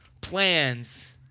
plans